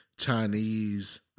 Chinese